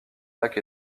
lac